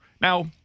now